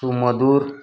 सुमधुर